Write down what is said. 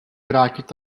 vrátit